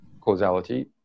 causality